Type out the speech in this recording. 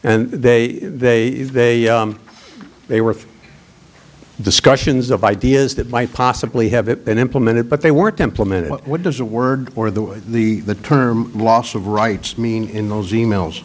and they they they they were discussions of ideas that might possibly have it been implemented but they weren't implement what does the word or the the the term loss of rights mean in those e mails